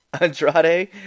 Andrade